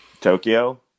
Tokyo